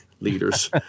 leaders